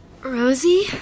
Rosie